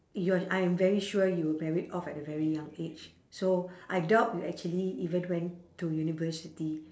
you're I'm very sure you married off at a very young age so I doubt you actually even went to university